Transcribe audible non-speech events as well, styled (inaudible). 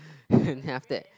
(breath) then after that